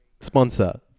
Sponsor